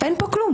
אין פה דבר.